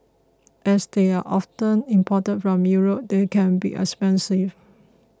as they are often imported from Europe they can be expensive